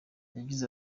yagize